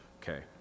Okay